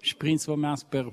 iš principo mes per